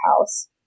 House